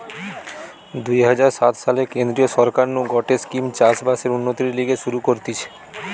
দুই হাজার সাত সালে কেন্দ্রীয় সরকার নু গটে স্কিম চাষ বাসের উন্নতির লিগে শুরু করতিছে